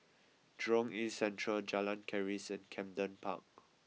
Jurong East Central Jalan Keris and Camden Park